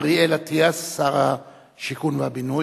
אריאל אטיאס, שר השיכון והבינוי,